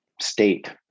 state